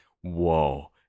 whoa